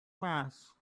mass